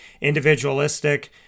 individualistic